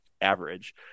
average